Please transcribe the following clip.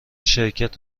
شرکت